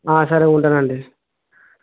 సరే ఉంటాను అండి